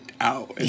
out